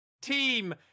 Team